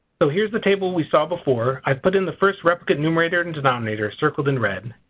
so here's the table we saw before. i put in the first replicate numerator and denominator circled in red.